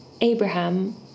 Abraham